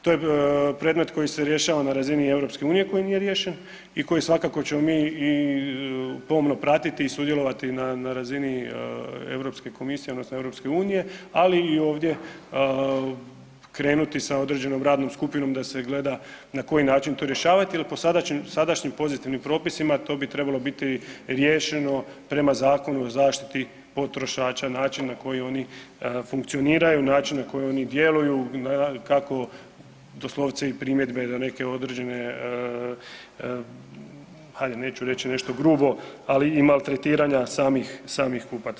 To je predmet koji se rješava na razini EU, koji nije riješen i koji svakako ćemo mi i pomno pratiti i sudjelovati na razini Europske komisije odnosno EU ali i ovdje krenuti sa određenom radnom skupinom na koji način to rješavati jer po sadašnjim pozitivnim propisima to bi trebalo biti riješeno prema Zakonu o zaštiti potrošača, način na koji oni funkcioniraju, način na koji oni djeluju, kako doslovce i primjedbe na neke određene hajde neću reći nešto grubo, ali i maltretiranja samih, samih kupaca.